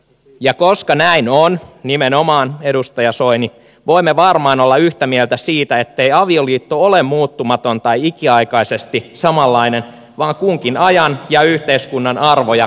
ja koska näin on nimenomaan edustaja soini voimme varmaan olla yhtä mieltä siitä ettei avioliitto ole muuttumaton tai ikiaikaisesti samanlainen vaan kunkin ajan ja yhteiskunnan arvoja kuvaava instituutio